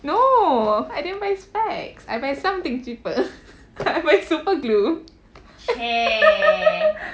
no I didn't buy specs I buy something cheaper I buy super glue